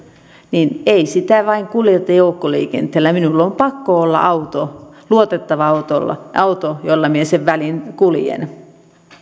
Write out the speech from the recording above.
niin ei sitä vain kuljeta joukkoliikenteellä minulla on pakko olla auto luotettava auto jolla minä sen välin kuljen